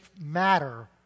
matter